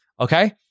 Okay